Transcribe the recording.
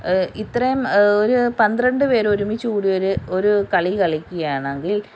ഇത്രയും ഒരു പന്ത്രണ്ട് പേരൊരുമിച്ച് കൂടി ഒരു ഒരു കളി കളിക്കുകയാണെങ്കിൽ